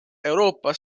euroopa